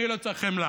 אני לא צריך חמלה.